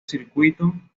circuito